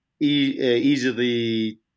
easily